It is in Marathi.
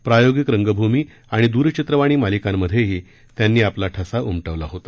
प्रायोगिक रंगभूमी आणि द्रचित्रवाणी मालिकांमधेही त्यांनी आपला ठसा उमटवला होता